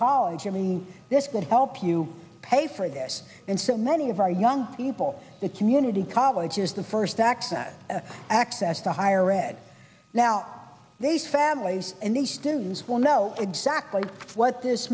college i mean this can help you pay for this and so many of our young people the community college is the first access to access to higher ed now these families and the students will know exactly what this